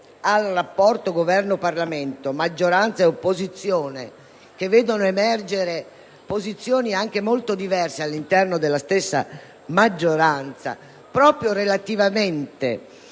ai rapporti Governo-Parlamento e tra maggioranza e opposizione, che vedono emergere posizioni anche molto diverse all'interno della stessa maggioranza relativamente